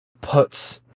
puts